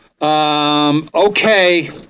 Okay